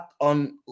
on